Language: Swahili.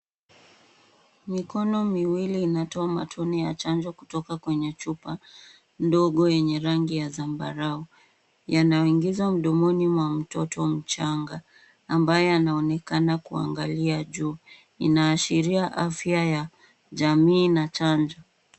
Mikono miwili inatoa matone ya chanjo kutoka kwenye chupa ndogo yenye rangi ya zamabarau. Yanaingizwa mdomoni mwa mtoto mchanga ambaye anaonekana kuangalia juu. Inaashiria afya ya jamii na chanjo.